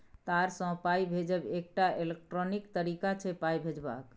तार सँ पाइ भेजब एकटा इलेक्ट्रॉनिक तरीका छै पाइ भेजबाक